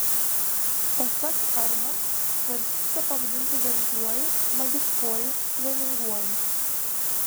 pasak arno svarstyta pavadinti veržliuoju magiškuoju vieninguoju